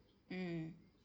mm